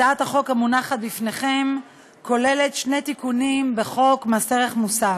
הצעת החוק המונחת לפניכם כוללת שני תיקונים בחוק מס ערך מוסף.